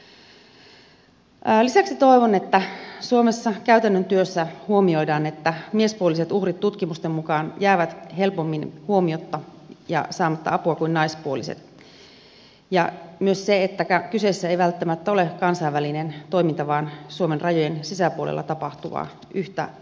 lisäksi toivon että suomessa käytännön työssä huomioidaan että miespuoliset uhrit tutkimusten mukaan jäävät helpommin huomiotta ja saamatta apua kuin naispuoliset ja myös se että kyseessä ei välttämättä ole kansainvälinen toiminta vaan suomen rajojen sisäpuolella tapahtuva yhtä hyvin